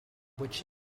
which